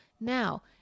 now